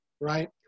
right